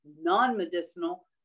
non-medicinal